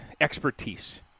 expertise